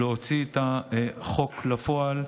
להוציא את החוק לפועל.